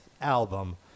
album